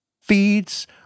feeds